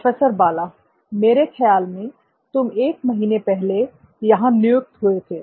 professor Bala मेरे ख्याल में तुम एक महीने पहले यहाँ नियुक्त हुए थे